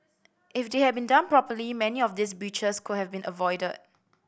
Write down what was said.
if they had been done properly many of these breaches could have been avoided